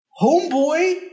Homeboy